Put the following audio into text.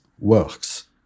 works